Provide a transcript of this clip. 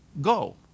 go